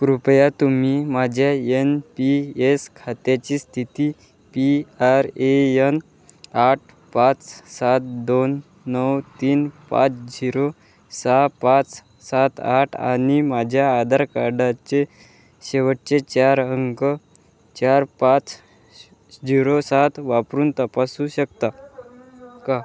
कृपया तुम्ही माझ्या एन पी एस खात्याची स्थिती पी आर ए यन आठ पाच सात दोन नऊ तीन पाच झिरो सहा पाच सात आठ आणि माझ्या आधार कार्डाचे शेवटचे चार अंक चार पाच झिरो सात वापरून तपासू शकता का